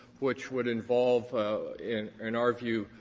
which would involve in in our view,